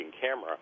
camera